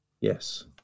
Yes